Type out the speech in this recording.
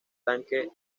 tanque